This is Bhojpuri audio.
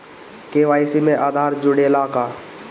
के.वाइ.सी में आधार जुड़े ला का?